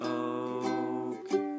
okay